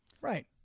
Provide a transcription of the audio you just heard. Right